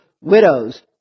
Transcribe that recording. widows